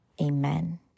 amen